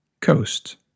Coast